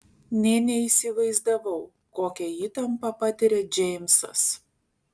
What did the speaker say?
nė neįsivaizdavau kokią įtampą patiria džeimsas